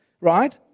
right